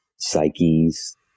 psyches